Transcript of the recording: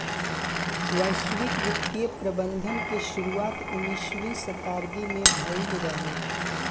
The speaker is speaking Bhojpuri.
वैश्विक वित्तीय प्रबंधन के शुरुआत उन्नीसवीं शताब्दी में भईल रहे